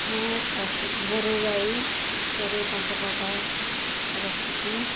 ମୁଁ ପଶୁ ଗୋରୁ ଗାଈରେ ପାଞ୍ଚ ପଟ ରଖିଛି